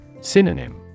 Synonym